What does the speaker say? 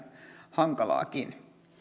hankalaakin